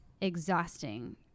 exhausting